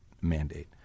mandate